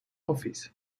office